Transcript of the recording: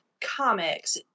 comics